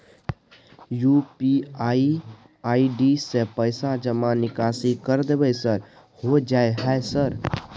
UPI ID से पैसा जमा निकासी कर देबै सर होय जाय है सर?